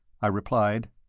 i replied.